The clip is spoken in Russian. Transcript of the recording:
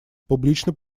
публично